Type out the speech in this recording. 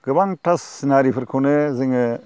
गोबांथा सिनारिफोरखौनो जोङो